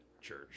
church